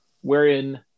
wherein